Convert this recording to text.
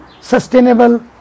sustainable